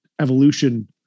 evolution